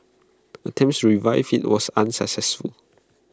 attempts to revive IT was unsuccessful